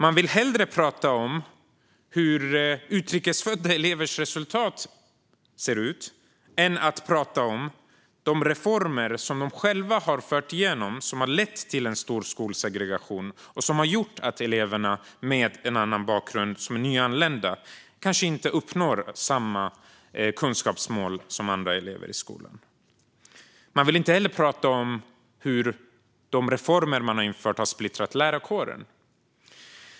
Man vill hellre tala om hur utrikesfödda elevers resultat ser ut än om de reformer som man själv har genomfört och som har lett till en stor skolsegregation och till att eleverna med en annan bakgrund, de som är nyanlända, kanske inte uppnår samma kunskapsmål som andra elever i skolan. Man vill inte heller tala om hur de reformer som man har infört har splittrat lärarkåren.